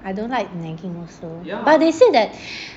I don't like nagging also but they said that